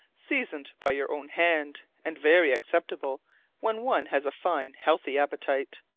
seasoned by your own hand, and very acceptable when one has a fine healthy appetite.